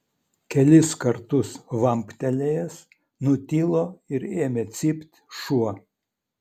kelis kartus vamptelėjęs nutilo ir ėmė cypt šuo